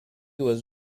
was